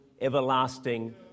everlasting